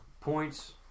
points